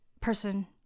person